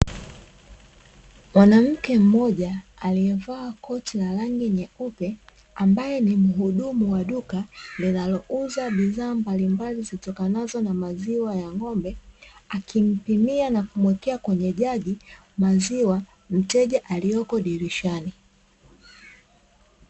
Mwanamke mmoja, aliyevaa koti la rangi nyeupe, ambaye ni mhudumu wa duka linalouza bidhaa mbalimbali zitokanazo na maziwa ya ng'ombe, akimpimia na kumwekea kwenye jagi maziwa mteja aliyeko dirishani.